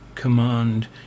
Command